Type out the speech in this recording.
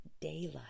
daylight